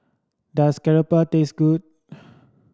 does keropok taste good